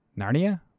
Narnia